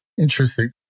Interesting